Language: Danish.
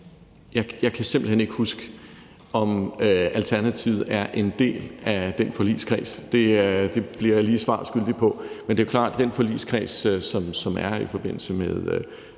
jeg kan simpelt hen ikke huske, om Alternativet er en del af den forligskreds. Der bliver jeg lige svar skyldig, men det er klart, at den forligskreds, som er i forbindelse med